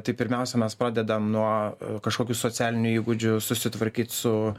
tai pirmiausia mes pradedam nuo kažkokių socialinių įgūdžių susitvarkyt su